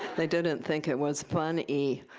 they didn't think it was funny.